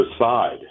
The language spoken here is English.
aside